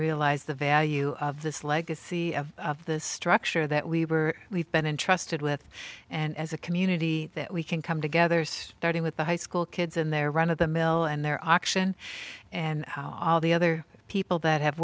realize the value of this legacy of the structure that we were we've been entrusted with and as a community that we can come together starting with the high school kids and their run of the mill and their auction and all the other people that have